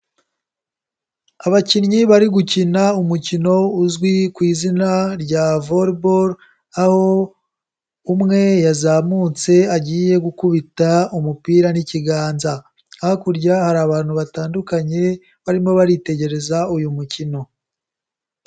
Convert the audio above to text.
Abakinnyi bari gukina umukino uzwi ku izina rya Volleyball, aho umwe yazamutse agiye gukubita umupira n'ikiganza, hakurya hari abantu batandukanye, barimo baritegereza uyu mukino.